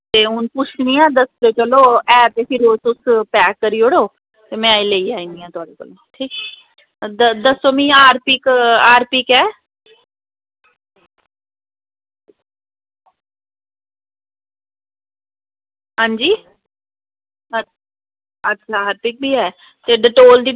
ते हून पुछनी आं दस्सो चलो है ते ओह् फिर तुस पैक करी ओड़ो ते में आईयै लेई जन्नी आं तोआड़े कोला दा ठीक ऐ दस्सो मीं आरतिक ऐ हां जी अच्छा आरतिक बी ऐ ते डिटोल दी